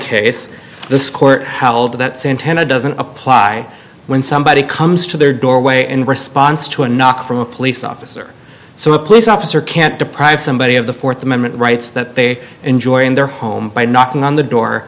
case this court held that santana doesn't apply when somebody comes to their doorway in response to a knock from a police officer so a police officer can't deprive somebody of the fourth amendment rights that they enjoy in their home by knocking on the door